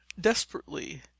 desperately